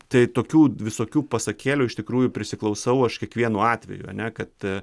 tai tokių visokių pasakėlių iš tikrųjų prisiklausau aš kiekvienu atveju ane kad a